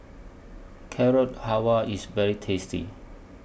Carrot Halwa IS very tasty